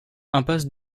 impasse